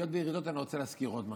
אני רוצה להזכיר עוד משהו.